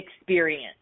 experience